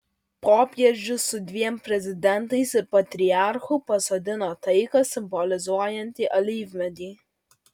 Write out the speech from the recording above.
popiežius su dviem prezidentais ir patriarchu pasodino taiką simbolizuojantį alyvmedį